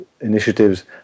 initiatives